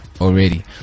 already